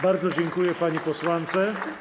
Bardzo dziękuję pani posłance.